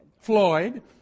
Floyd